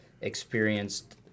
experienced